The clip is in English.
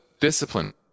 discipline